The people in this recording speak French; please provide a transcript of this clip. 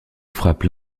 frappe